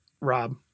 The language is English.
Rob